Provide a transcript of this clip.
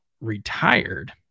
retired